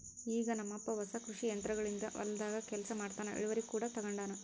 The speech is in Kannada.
ಈಗ ನಮ್ಮಪ್ಪ ಹೊಸ ಕೃಷಿ ಯಂತ್ರೋಗಳಿಂದ ಹೊಲದಾಗ ಕೆಲಸ ಮಾಡ್ತನಾ, ಇಳಿವರಿ ಕೂಡ ತಂಗತಾನ